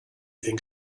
think